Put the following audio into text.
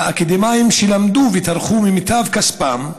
האקדמאים שטרחו ולמדו, במיטב כספם,